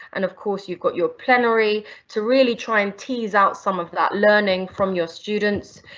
and of course you've got your plenary to really try and tease out some of that learning from your students.